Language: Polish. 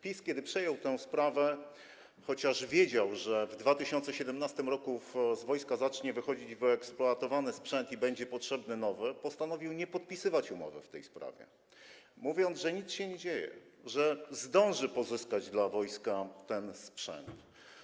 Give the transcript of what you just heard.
PiS, kiedy przejął tę sprawę, chociaż wiedział, że w 2017 r. z wojska zacznie wychodzić wyeksploatowany sprzęt i będzie potrzebny nowy, postanowił nie podpisywać umowy w tej sprawie, mówiąc, że nic się nie dzieje, że zdąży pozyskać dla wojska ten sprzęt.